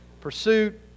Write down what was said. pursuit